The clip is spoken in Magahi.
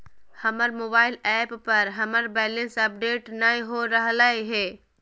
हमर मोबाइल ऐप पर हमर बैलेंस अपडेट नय हो रहलय हें